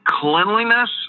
cleanliness